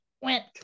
went